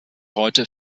heute